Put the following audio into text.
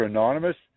Anonymous